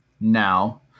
now